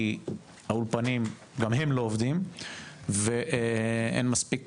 כי האולפנים גם הם לא עובדים ואין מספיק